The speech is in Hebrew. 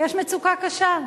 יש מצוקה קשה.